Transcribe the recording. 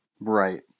Right